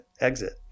exit